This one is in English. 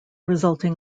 resulting